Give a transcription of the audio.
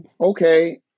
Okay